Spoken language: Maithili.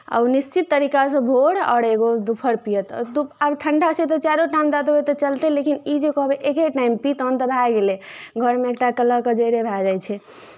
आ ओ निश्चित तरीकासँ भोर आओर एगो दुपहर पिअत आब ठण्डा छै तऽ चारिओ टाइम दऽ देबै तऽ चलतै लेकिन ई जे कहबै एके टाइम पी तखन तऽ भए गेलै घरमे एकटा कल्लहके जड़िए भए जाइ छै